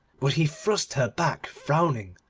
but he thrust her back frowning,